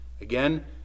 Again